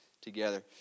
together